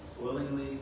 willingly